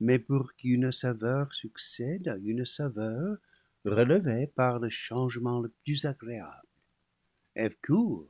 mais pour qu'une saveur succède à une saveur relevée par le changement le plus agréable eve court